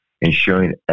ensuring